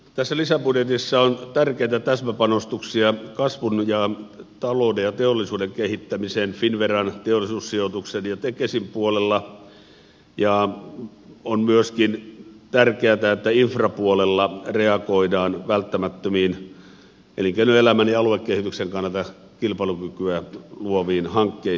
tässä lisäbudjetissa on tärkeitä täsmäpanostuksia kasvun ja talouden ja teollisuuden kehittämiseen finnveran teollisuussijoituksen ja tekesin puolella ja on myöskin tärkeätä että infrapuolella reagoidaan elinkeinoelämän ja aluekehityksen kannalta välttämättömiin kilpailukykyä luoviin hankkeisiin